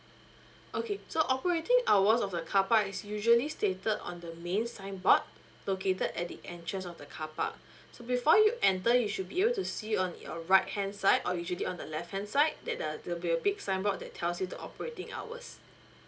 okay so operating hours of the carpark is usually stated on the main signboard located at the entrance of the carpark so before you enter you should be able to see on your right hand side or usually on the left hand side that uh there'll be a big signboard that tells you the operating hours